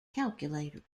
calculators